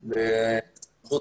לבחינה.